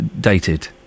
dated